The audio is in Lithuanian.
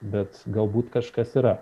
bet galbūt kažkas yra